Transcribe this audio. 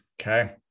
Okay